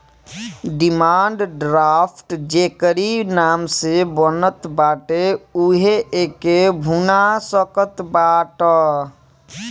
demand draft जेकरी नाम से बनत बाटे उहे एके भुना सकत बाटअ